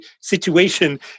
situation